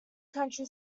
county